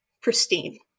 pristine